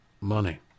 money